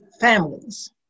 families